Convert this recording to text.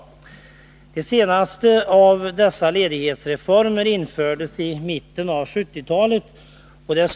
De senaste av dessa ledighetsreformer genomfördes i mitten av 1970-talet.